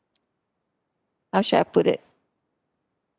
how should I put it